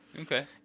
Okay